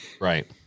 Right